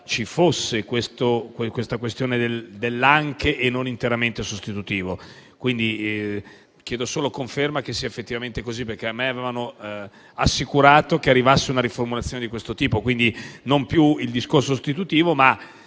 ci fosse la questione dell'«anche» e «non interamente sostitutivo». Chiedo solo conferma che sia effettivamente così. A me avevano assicurato una riformulazione di questo tipo: non più il discorso sostitutivo, ma